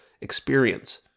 experience